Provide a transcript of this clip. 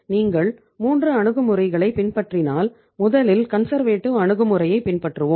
நீங்கள் 3 அணுகுமுறைகளைப் பின்பற்றினால் முதலில் கன்சர்வேட்டிவ் அணுகுமுறையைப் பின்பற்றுவோம்